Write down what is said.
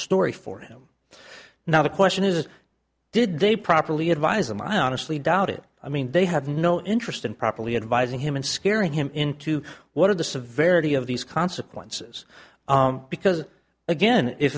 story for him now the question is did they properly advise him i honestly doubt it i mean they have no interest in properly advising him and scaring him into what are the severity of these consequences because again if